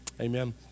amen